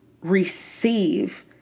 receive